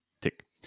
Tick